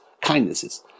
kindnesses